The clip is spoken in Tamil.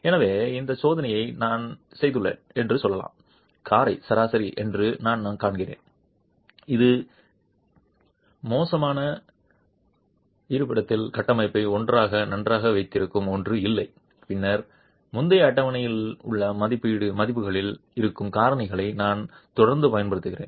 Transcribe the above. எனவே இந்த சோதனையை நான் செய்துள்ளேன் என்று சொல்லலாம் காரை சராசரி என்று நான் காண்கிறேன் அது ஏழை இது இருப்பிடத்தில் கட்டமைப்பை ஒன்றாக நன்றாக வைத்திருக்கும் ஒன்றும் இல்லை பின்னர் முந்தைய அட்டவணையில் உள்ள மதிப்புகளில் இருக்கும் காரணிகளை நான் தொடர்ந்து பயன்படுத்துகிறேன்